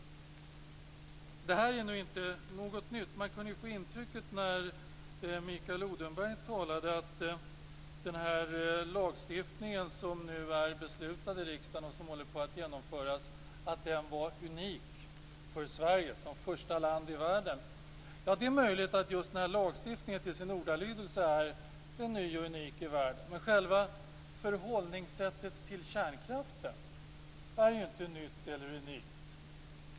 Detta är nu inte någonting nytt. När Mikael Odenberg talade kunde man få intrycket att den lagstiftning som är beslutad av riksdagen och som nu håller på att genomföras var unik, att Sverige var det första land i världen som införde en sådan lagstiftning. Det är möjligt att lagstiftningen till sin ordalydelse är unik i världen. Men förhållningssättet till kärnkraften är ju inte nytt eller unikt. Fru talman!